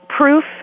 Proof